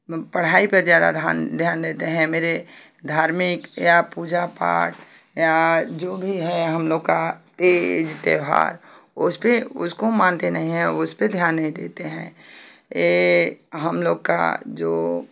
पढ़ाई पर ज़्यादा ध्यान ध्यान देते हैं मेरे धार्मिक या पूजा पाठ या जो भी है हम लोग का तीज त्यौहार उस पे उसको मानते नहीं हैं उस पर ध्यान नहीं देते हैं ये हम लोग का जो